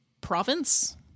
province